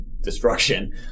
destruction